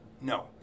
No